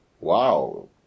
Wow